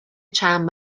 چند